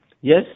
yes